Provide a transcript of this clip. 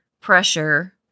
pressure